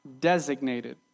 designated